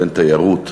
תיירות